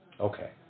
Okay